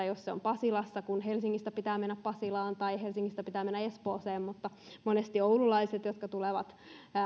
jos toimipiste on pasilassa tai jos helsingistä pitää mennä pasilaan tai jos helsingistä pitää mennä espooseen mutta monesti oululaisille jotka tulevat